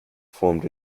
formed